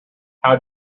how